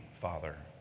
Father